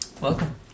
Welcome